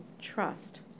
trust